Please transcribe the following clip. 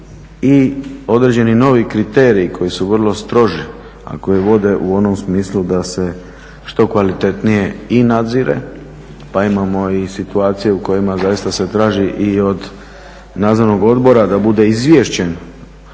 i određeni novi kriteriji koji su vrlo stroži a koji vode u onom smislu da se što kvalitetnije i nadzire. Pa imamo i situacije u kojima zaista se traži i od nadzornog odbora da bude izvješten